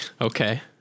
Okay